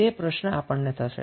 તે પ્રશ્ન આપણને થશે